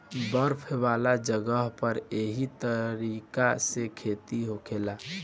बर्फ वाला जगह पर एह तरीका से खेती होखेला